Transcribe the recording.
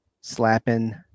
slapping